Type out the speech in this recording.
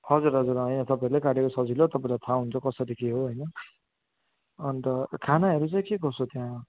हजुर हजुर अँ यहाँ तपाईँहरूले काटेको सजिलो तपाईँलाई थाहा हुन्छ कसरी के हो होइन अन्त खानाहरू चाहिँ के कसो त्यहाँ